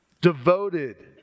devoted